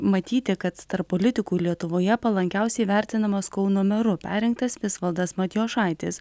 matyti kad tarp politikų lietuvoje palankiausiai vertinamas kauno meru perrinktas visvaldas matijošaitis